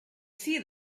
see